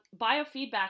biofeedback